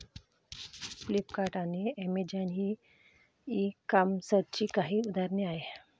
Flipkart आणि Amazon ही e कॉमर्सची काही उदाहरणे आहे